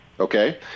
Okay